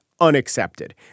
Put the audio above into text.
unaccepted